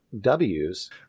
Ws